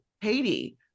Haiti